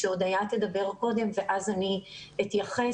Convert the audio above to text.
שהודיה תדבר קודם ואז אני אתייחס.